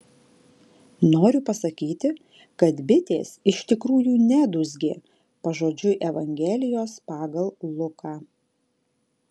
noriu pasakyti kad bitės iš tikrųjų nedūzgė pažodžiui evangelijos pagal luką